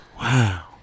Wow